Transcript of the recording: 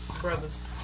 brothers